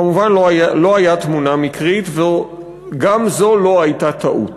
כמובן לא היה תמונה מקרית, זו גם לא הייתה טעות.